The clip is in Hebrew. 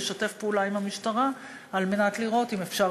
תשתף פעולה עם המשטרה כדי לראות אם אפשר